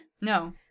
No